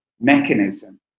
mechanism